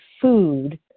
food